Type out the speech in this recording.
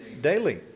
Daily